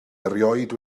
erioed